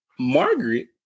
margaret